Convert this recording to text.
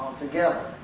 together.